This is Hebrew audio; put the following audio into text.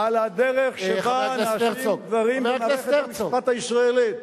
על הדרך שבה נעשים דברים במערכת המשפט הישראלית.